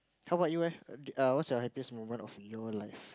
how about you eh what's your happiest moment of your life